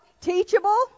teachable